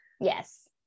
Yes